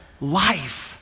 life